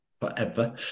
forever